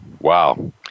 Wow